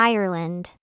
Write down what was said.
Ireland